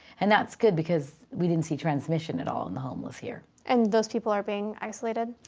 and that's good because we didn't see transmission at all in the homeless here. and those people are being isolated?